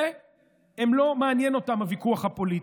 ולא מעניין אותם הוויכוח הפוליטי.